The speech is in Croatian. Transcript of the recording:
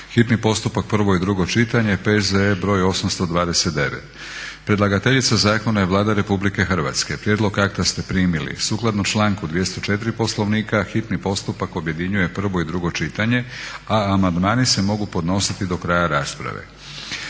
hitni postupak, prvo i drugo čitanje, P.Z.E. br. 829 Predlagateljica zakona je Vlada RH. Prijedlog akta ste primili. Sukladno članku 204. Poslovnika hitni postupak objedinjuje prvo i drugo čitanje, a amandmani se mogu podnositi do kraja rasprave.